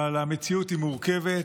אבל המציאות היא מורכבת,